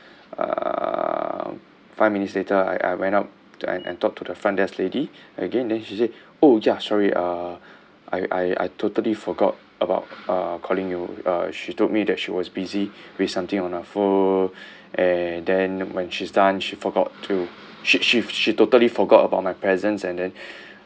uh five minutes later I I went up and and talk to the front desk lady again then she say oh ya sorry uh I I I totally forgot about uh calling you uh she told me that she was busy with something on her phone and then when she's done she forgot to she she she totally forgot about my presence and then